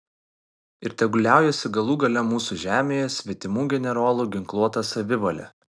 ir tegul liaujasi galų gale mūsų žemėje svetimų generolų ginkluota savivalė